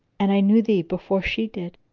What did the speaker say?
and i knew thee before she did?